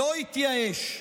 לא התייאש.